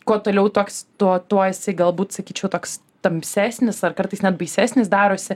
kuo toliau toks tuo esi galbūt sakyčiau toks tamsesnis ar kartais net baisesnis darosi